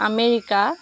America